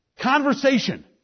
conversation